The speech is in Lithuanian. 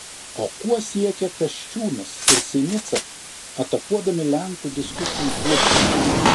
o kuo siekia kasčiūnas ir sinica atakuodami lenkų diskusijų klubą